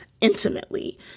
intimately